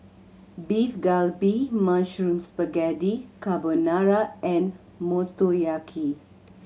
Beef Galbi Mushroom Spaghetti Carbonara and Motoyaki